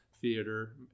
theater